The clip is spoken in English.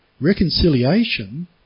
Reconciliation